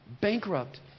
Bankrupt